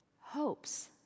hopes